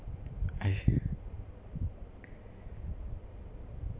I see